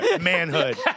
manhood